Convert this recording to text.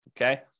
Okay